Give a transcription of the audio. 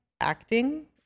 acting